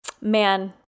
Man